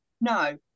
no